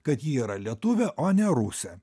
kad ji yra lietuvė o ne rusė